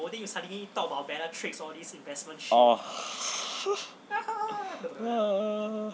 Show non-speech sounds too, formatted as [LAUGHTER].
oh [NOISE]